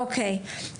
אוקי,